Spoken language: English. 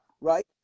Right